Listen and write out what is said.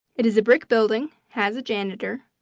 it is a brick building, has a janitor,